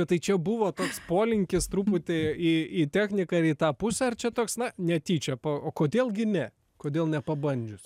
bet tai čia buvo toks polinkis truputį į į techniką ir į tą pusę ar čia toks na netyčia po o kodėl gi ne kodėl nepabandžius